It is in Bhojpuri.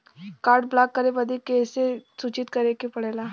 कार्ड ब्लॉक करे बदी के के सूचित करें के पड़ेला?